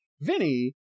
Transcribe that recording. Vinny